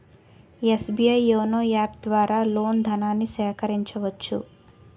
SBI YONO app ద్వారా loan ధనాన్ని సేకరించవచ్చు